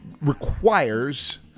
requires